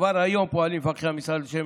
כבר היום פועלים מפקחי המשרד לשם